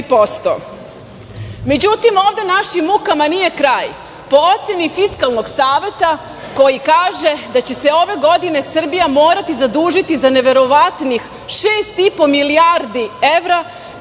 4%.Međutim, ovde našim mukama nije kraj. Po oceni Fiskalnog saveta, koji kaže da će se ove godine Srbija morati zadužiti za neverovatnih 6,5 milijardi evra